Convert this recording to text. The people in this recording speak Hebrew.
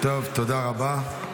טוב, תודה רבה.